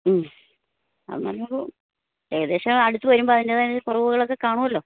മ്മ് അങ്ങനെ ഒരു ഏകദേശം അടുത്ത് വരുമ്പോൾ അതിൻ്റേതായ കുറവുകളൊക്കെ കാണുമല്ലോ